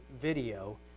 video